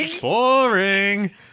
boring